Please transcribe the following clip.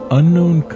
unknown